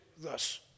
Thus